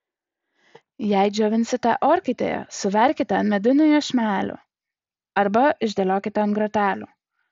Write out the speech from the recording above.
jei džiovinsite orkaitėje suverkite ant medinių iešmelių arba išdėliokite ant grotelių